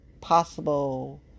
possible